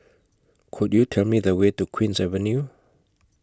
Could YOU Tell Me The Way to Queen's Avenue